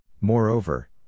Moreover